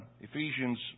Ephesians